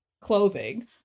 Clothing